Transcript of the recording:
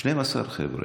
12 חבר'ה.